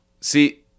See